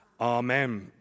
Amen